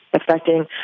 affecting